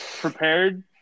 prepared